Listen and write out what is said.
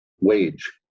wage